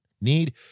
need